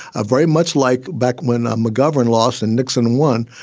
ah very much like back when ah mcgovern lost and nixon won.